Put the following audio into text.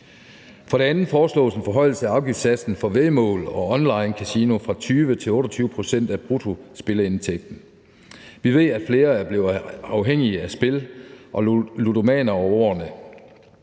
For det andet foreslås en forhøjelse af afgiftssatsen for væddemål og onlinekasino fra 20 til 28 pct. af bruttospilleindtægten. Vi ved, at flere er blevet afhængige af spil og er blevet ludomaner over årene.